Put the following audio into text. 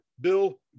Bill